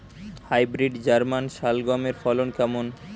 Hybrid German শালগম এর ফলন কেমন?